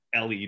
LED